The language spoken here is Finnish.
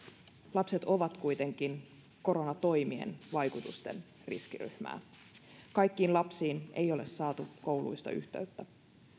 lapset ovat kuitenkin koronatoimien vaikutusten riskiryhmää kaikkiin lapsiin ei ole saatu kouluista yhteyttä